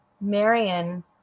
Marion